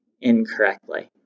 incorrectly